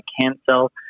Cancel